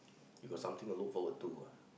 you got something to look forward to what